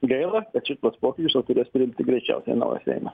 gaila kad šituos pokyčius jau turės priimti greičiausiai naujas seimas